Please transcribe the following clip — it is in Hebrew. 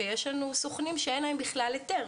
שיש לנו סוכנים שאין להם בכלל היתר,